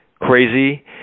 crazy